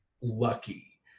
lucky